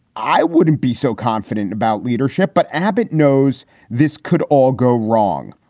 i wouldn't be so confident about leadership, but abbott knows this could all go wrong.